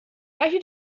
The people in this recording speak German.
möchte